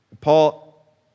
Paul